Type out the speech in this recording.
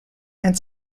and